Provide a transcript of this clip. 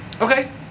Okay